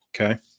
Okay